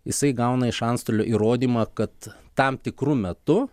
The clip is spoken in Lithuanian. jisai gauna iš antstolio įrodymą kad tam tikru metu